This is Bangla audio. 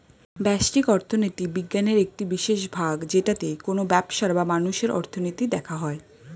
ব্যষ্টিক অর্থনীতি বিজ্ঞানের একটি বিশেষ ভাগ যেটাতে কোনো ব্যবসার বা মানুষের অর্থনীতি দেখা হয়